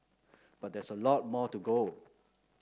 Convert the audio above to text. but there's a lot more to go